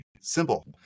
simple